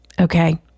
Okay